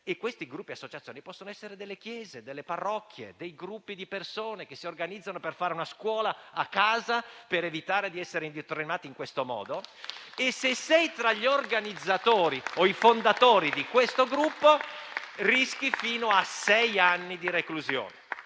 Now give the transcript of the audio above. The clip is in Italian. Quei gruppi o associazioni possono essere delle chiese, delle parrocchie, delle persone che si organizzano per fare una scuola a casa per evitare di essere indottrinati in questo modo. Se sei tra gli organizzatori o i fondatori del gruppo, rischi fino a sei anni di reclusione.